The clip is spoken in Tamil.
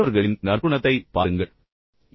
மற்றவர்களிடம் உள்ள நற்குணத்திற்கு முறையிடுங்கள்